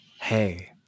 Hey